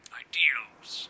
ideals